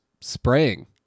spraying